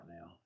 now